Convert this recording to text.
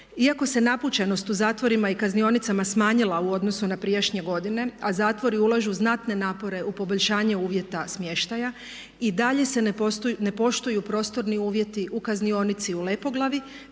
Iako se napučenost u zatvorima i kaznionicama smanjila u odnosu na prijašnje godine, a zatvori ulažu znatne napore u poboljšanje uvjeta smještaja i dalje se ne poštuju prostorni uvjeti u kaznionici u Lepoglavi,